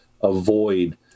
avoid